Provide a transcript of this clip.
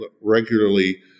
regularly